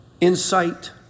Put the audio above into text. insight